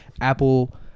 apple